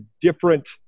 different